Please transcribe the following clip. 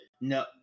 No